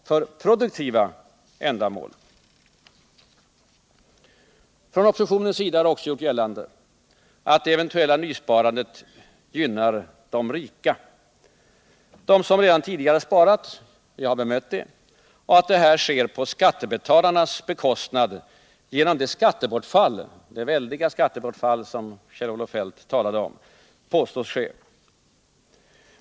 Från oppositionens sida har det också gjorts gällande att det aktuella nysparandet gynnar de rika, de som redan tidigare sparat — jag har bemött det — och att detta sker på skattebetalarnas bekostnad genom det skattebortfall som påstås ske.